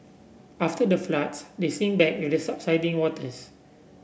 after the floods they sink back with the subsiding waters